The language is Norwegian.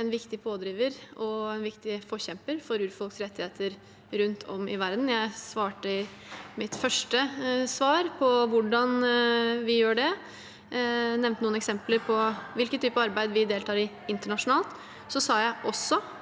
en viktig pådriver og viktig forkjemper for urfolks rettigheter rundt om i verden. Jeg sa i mitt første svar hvordan vi gjør det, jeg nevnte noen eksempler på arbeid vi deltar i internasjonalt. Jeg sa også